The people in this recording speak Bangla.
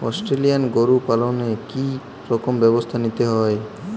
অস্ট্রেলিয়ান গরু পালনে কি রকম ব্যবস্থা নিতে হয়?